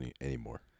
anymore